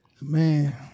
Man